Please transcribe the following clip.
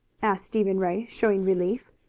asked stephen ray, showing relief.